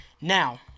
Now